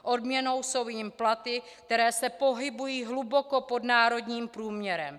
Odměnou jsou jim platy, které se pohybují hluboko pod národním průměrem.